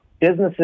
businesses